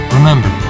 Remember